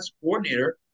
coordinator